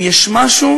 אם יש משהו